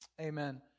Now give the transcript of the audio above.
Amen